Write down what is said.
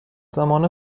زمان